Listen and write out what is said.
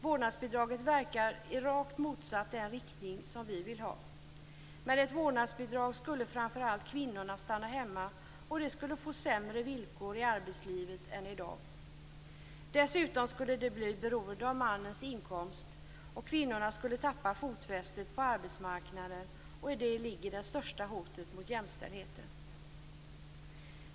Vårdnadsbidraget verkar i rakt motsatt riktning mot den vi vill ha. Med ett vårdnadsbidrag skulle framför allt kvinnorna stanna hemma och de skulle få sämre villkor i arbetslivet än i dag. Dessutom skulle de bli beroende av mannens inkomst. Kvinnorna skulle tappa fotfästet på arbetsmarknaden, och i det ligger det största hotet mot jämställdheten.